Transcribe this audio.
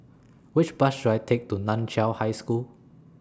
Which Bus should I Take to NAN Chiau High School